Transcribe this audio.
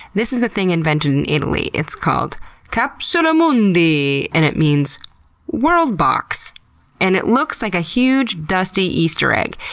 this is a thing invented in italy. it's called capsula mundi, and it means world box and it looks like a huge, dusty easter egg.